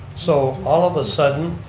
so all of a sudden,